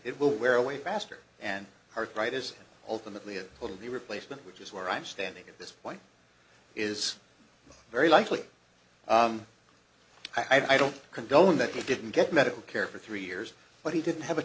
it will wear away faster and arthritis ultimately it will be replacement which is where i'm standing at this point is very likely i don't condone that he didn't get medical care for three years but he didn't have a